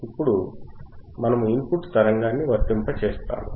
ఇప్పుడు మనము ఇన్పుట్ తరంగాన్ని వర్తింపజేస్తాము